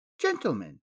gentlemen